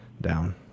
down